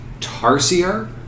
Tarsier